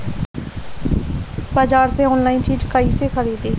बाजार से आनलाइन चीज कैसे खरीदी?